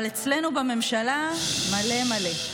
אבל אצלנו בממשלה מלא מלא,